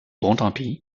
bontempi